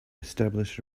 establish